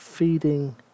Feeding